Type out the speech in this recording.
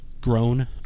Grown